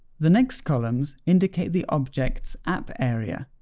the next columns indicate the object's app area,